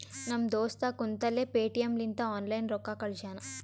ನಮ್ ದೋಸ್ತ ಕುಂತಲ್ಲೇ ಪೇಟಿಎಂ ಲಿಂತ ಆನ್ಲೈನ್ ರೊಕ್ಕಾ ಕಳ್ಶ್ಯಾನ